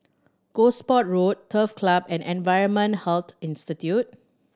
Gosport Road Turf Club and Environmental Health Institute